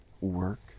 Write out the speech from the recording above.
work